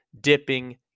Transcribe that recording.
dipping